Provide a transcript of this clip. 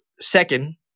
second